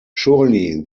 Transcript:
surely